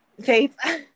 faith